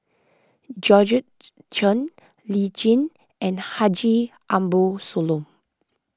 Georgette Chen Lee Tjin and Haji Ambo Sooloh